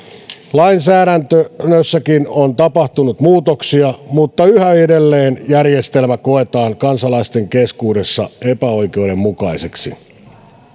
lainsäädännössäkin on tapahtunut muutoksia mutta yhä edelleen järjestelmä koetaan kansalaisten keskuudessa epäoikeudenmukaiseksi